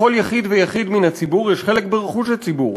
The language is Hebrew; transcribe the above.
לכל יחיד ויחיד מן הציבור יש חלק ברכוש הציבור,